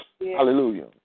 Hallelujah